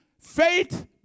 Faith